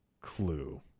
Clue